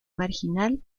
marginal